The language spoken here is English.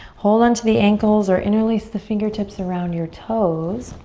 hold onto the ankles, or interlace the fingertips around your toes.